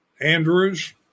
Andrews